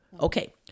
Okay